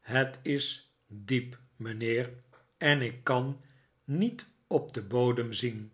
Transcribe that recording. het is diep mijnheer en ik kan niet op den bodem zien